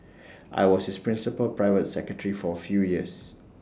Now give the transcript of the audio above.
I was his principal private secretary for A few years